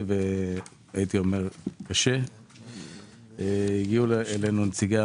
אז נכון שאומרים שכאילו אתה מדבר כאן על